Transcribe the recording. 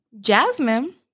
Jasmine